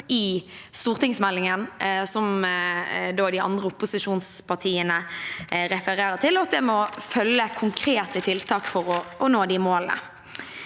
i stortingsmeldingen, som de andre opposisjonspartiene refererer til, og at det må følge med konkrete tiltak for å nå de målene.